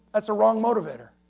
that's a wrong motivator.